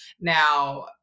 Now